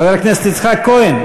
חבר הכנסת יצחק כהן,